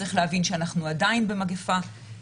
צריך להבין שאנחנו עדיין במגיפה,